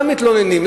גם מתלוננים,